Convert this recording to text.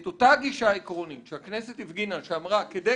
את אותה גישה עקרונית שהכנסת הפגינה כשאמרה שכדי